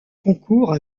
concours